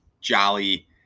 jolly